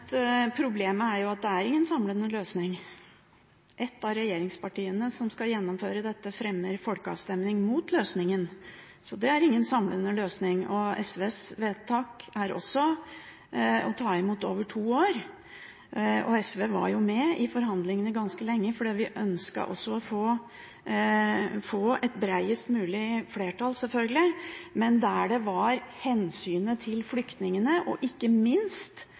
Problemet er at det er ingen samlende løsning. Ett av regjeringspartiene som skal gjennomføre dette, fremmer forslag om folkeavstemning om løsningen. Så det er ingen samlende løsning, og SVs vedtak er også å ta imot over to år. SV var med i forhandlingene ganske lenge, for vi ønsket å få et bredest mulig flertall, selvfølgelig, men der det var hensynet til flyktningene og ikke minst